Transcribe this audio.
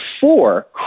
four